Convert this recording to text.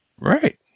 Right